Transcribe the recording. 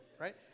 right